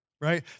right